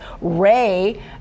ray